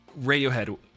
Radiohead